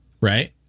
Right